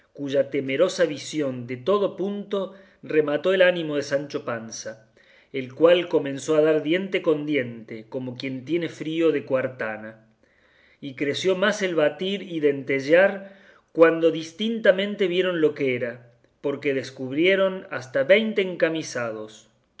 cuya temerosa visión de todo punto remató el ánimo de sancho panza el cual comenzó a dar diente con diente como quien tiene frío de cuartana y creció más el batir y dentellear cuando distintamente vieron lo que era porque descubrieron hasta veinte encamisados